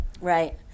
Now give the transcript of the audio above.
Right